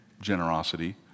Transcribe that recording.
generosity